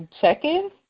check-in